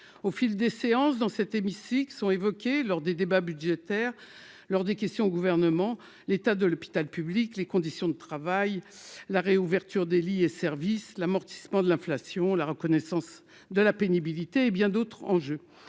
au fil des séances dans cet hémicycle sont évoqués lors des débats budgétaires, lors des questions au gouvernement, l'état de l'hôpital public, les conditions de travail, la réouverture des lits et services l'amortissement de l'inflation, la reconnaissance de la pénibilité et bien d'autres enjeux.